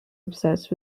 obsessed